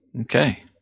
Okay